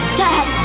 sad